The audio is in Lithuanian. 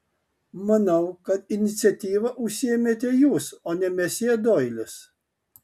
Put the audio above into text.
manau kad iniciatyva užsiėmėte jūs o ne mesjė doilis